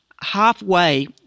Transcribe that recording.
halfway